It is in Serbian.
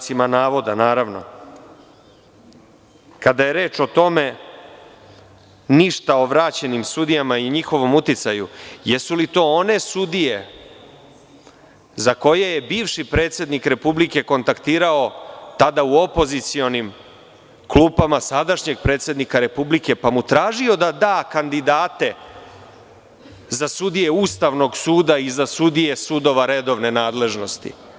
Kada je reč o tome – ništa o vraćenim sudijama i njihovom uticaju, jesu li to one sudije za koje je bivši predsednik Republike kontaktirao, tada u opozicionim klupama, sadašnjeg predsednika Republike, pa mu tražio da da kandidate za sudije Ustavnog suda i za sudije sudova redovne nadležnosti?